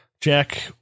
Jack